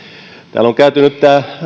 täällä on käyty nyt